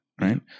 right